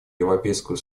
европейского